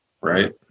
right